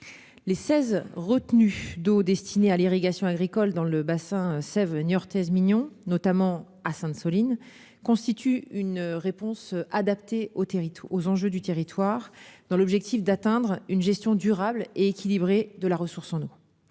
Les seize retenues d'eau destinées à l'irrigation agricole dans le bassin versant Sèvre Niortaise et Mignon, notamment à Sainte-Soline, constituent une réponse adaptée aux enjeux du territoire, dans l'objectif d'atteindre une gestion durable et équilibrée de la ressource en eau.